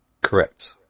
Correct